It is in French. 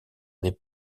des